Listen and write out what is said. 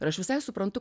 aš visai suprantu